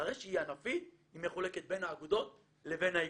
אחרי שהיא ענפית היא מחולקת בין האגודות לבין האיגוד,